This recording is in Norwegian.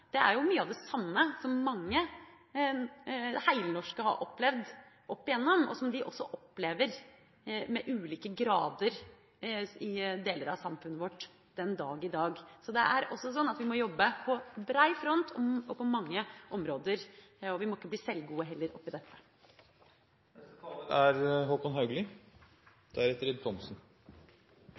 dag, er jo mye av det samme som mange heilnorske har opplevd oppigjennom, og som de også opplever i ulik grad i deler av samfunnet vårt den dag i dag. Så vi må jobbe på bred front og på mange områder, og vi må heller ikke bli sjølgode oppi dette. Jeg vil begynne med å sitere leder av Skeiv Verden, Ingse-Katrine Gravdal. Hun sier det slik i et intervju med magasinet Blikk: «Mange foreldre mener tvangsekteskap er